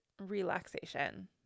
relaxation